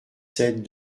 sept